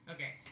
Okay